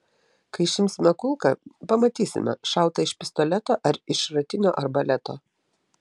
kai išimsime kulką pamatysime šauta iš pistoleto ar iš šratinio arbaleto